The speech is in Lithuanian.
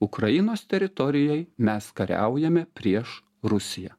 ukrainos teritorijoj mes kariaujame prieš rusiją